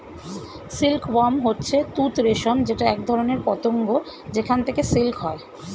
silk worm হচ্ছে তুত রেশম যেটা একধরনের পতঙ্গ যেখান থেকে সিল্ক হয়